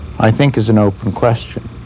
i think is an open question.